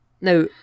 Now